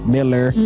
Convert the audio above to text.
Miller